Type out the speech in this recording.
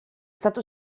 stato